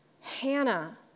Hannah